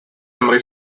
memory